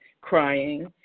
crying